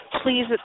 please